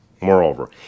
Moreover